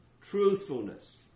truthfulness